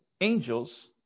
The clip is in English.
angels